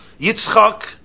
Yitzchak